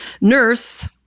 nurse